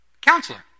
Counselor